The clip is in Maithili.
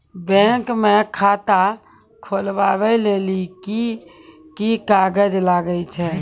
बैंक म खाता खोलवाय लेली की की कागज लागै छै?